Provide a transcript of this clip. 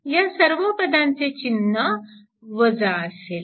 या सर्व पदांचे चिन्ह असेल